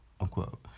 unquote